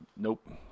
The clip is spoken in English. nope